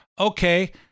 Okay